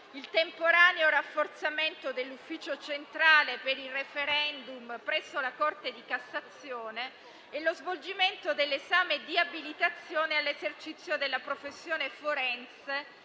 il temporaneo rafforzamento dell'Ufficio centrale per il *referendum* presso la Corte di cassazione e lo svolgimento dell'esame di abilitazione all'esercizio della professione forense